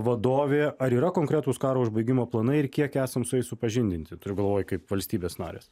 vadovė ar yra konkretūs karo užbaigimo planai ir kiek esam su jais supažindinti turiu galvoj kaip valstybės narės